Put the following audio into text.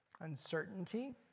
uncertainty